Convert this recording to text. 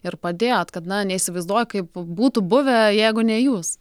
ir padėjot kad na neįsivaizduoju kaip būtų buvę jeigu ne jūs